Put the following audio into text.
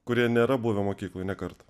kurie nėra buvę mokykloj nė karto